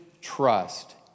trust